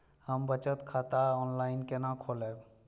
हम बचत खाता ऑनलाइन केना खोलैब?